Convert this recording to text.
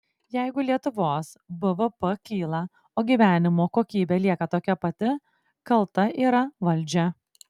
jeigu lietuvos bvp kyla o gyvenimo kokybė lieka tokia pati kalta yra valdžia